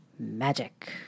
magic